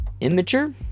immature